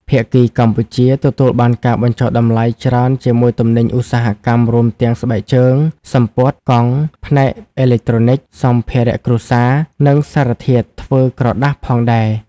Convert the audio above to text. ភាគីកម្ពុជា ទទួលបានការបញ្ចុះតម្លៃច្រើនជាមួយទំនិញឧស្សាហកម្ម រួមទាំង ស្បែកជើង, សំពត់, កង់, ផ្នែកអេឡិចត្រូនិក, សម្ភារៈគ្រួសារ, និងសារធាតុធ្វើក្រដាសផងដែរ ។